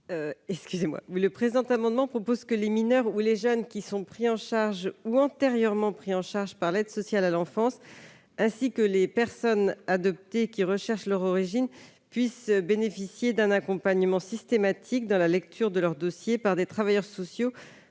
Le présent amendement vise à permettre aux mineurs et aux jeunes majeurs pris en charge ou antérieurement pris en charge par l'aide sociale à l'enfance, ainsi qu'aux personnes adoptées qui recherchent leurs origines, de bénéficier de l'accompagnement systématique, lors de la lecture de leur dossier, de travailleurs sociaux